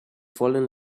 fallen